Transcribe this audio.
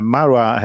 Marwa